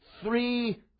three